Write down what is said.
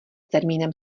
termínem